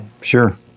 Sure